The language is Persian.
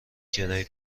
کرایه